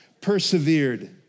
Persevered